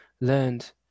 learned